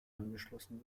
angeschlossen